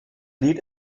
lied